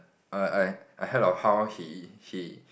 err I I heard of how he he